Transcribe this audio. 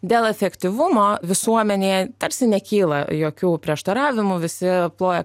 dėl efektyvumo visuomenėje tarsi nekyla jokių prieštaravimų visi ploja